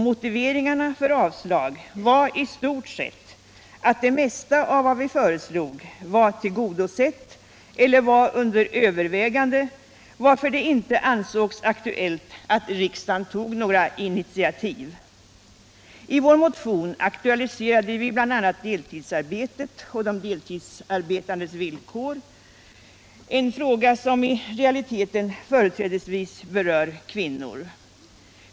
Motiveringarna för avslag var i stort sett att det mesta av vad vi föreslog var tillgodosett eller var under övervägande, varför det inte ansågs aktuellt att riksdagen tog några initiativ. I vår motion aktualiserade vi bl.a. deltidsarbetet och de deltidsarbetandes villkor, en fråga som i realiteten företrädesvis berör kvinnor.